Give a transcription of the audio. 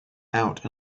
out